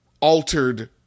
altered